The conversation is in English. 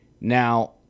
now